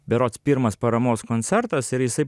berods pirmas paramos koncertas ir jisai